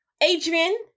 Adrian